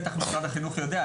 בטח משרד החינוך יודע.